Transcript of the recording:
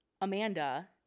Amanda